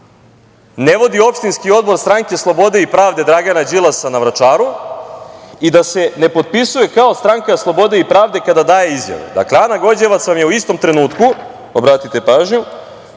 ne vodi opštinski odbor Stranke slobode i pravde Dragana Đilasa na Vračaru i da se ne potpisuje kao Stranka slobode i pravde kada daje izjave. Dakle, Ana Gođevac vam je u istom trenutku, obratite pažnju,